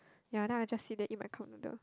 ya then I just sit there eat my cup noodle